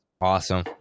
awesome